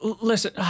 listen